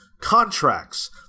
contracts